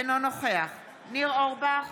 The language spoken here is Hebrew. אינו נוכח ניר אורבך,